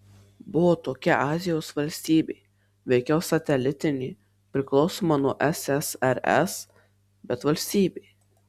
buvo tokia azijos valstybė veikiau satelitinė priklausoma nuo ssrs bet valstybė